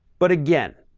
but, again,